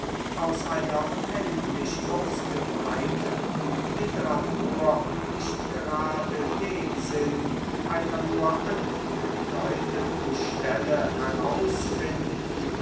aus einer unendlich ausgebreiteten literatur nicht gerade den sinn einer nur angedeuteten stelle herausfinden